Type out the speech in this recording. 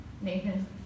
Nathan